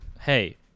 Hey